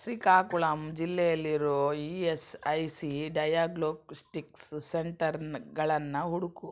ಶ್ರೀಕಾಕುಳಮ್ ಜಿಲ್ಲೆಯಲ್ಲಿರೋ E S I C diagnostics ಸೆಂಟರ್ನಗಳನ್ನು ಹುಡುಕು